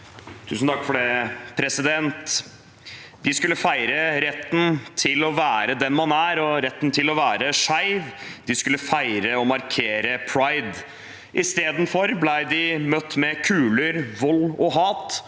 Lund (R) De skulle fei- re retten til å være den man er, og retten til å være skeiv. De skulle feire og markere pride. I stedet ble de møtt med kuler, vold og hat.